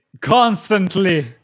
constantly